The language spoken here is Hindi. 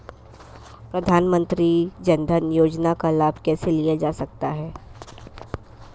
प्रधानमंत्री जनधन योजना का लाभ कैसे लिया जा सकता है?